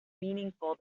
meaningful